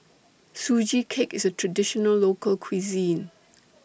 Sugee Cake IS A Traditional Local Cuisine